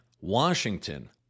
Washington